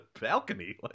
balcony